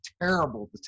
terrible